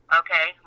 okay